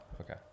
okay